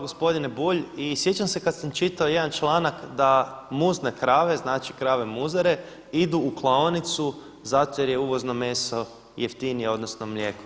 Gospodine Bulj, i sjećam se kada sam čitao jedan članak da muzne krave, znači krave muzare idu u klaonicu zato jer je uvozno meso jeftinije odnosno mlijeko.